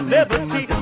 Liberty